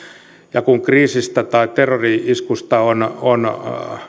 ja kun kriisistä tai terrori iskusta on on